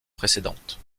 précédentes